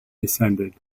descended